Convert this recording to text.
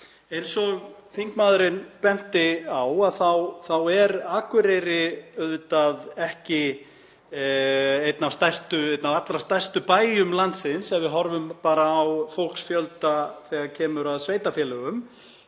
Eins og þingmaðurinn benti á er Akureyri auðvitað ekki einn af allra stærstu bæjum landsins ef við horfum bara á fólksfjölda í sveitarfélögum.